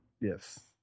Yes